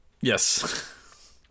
Yes